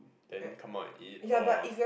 then come out and eat or